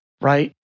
Right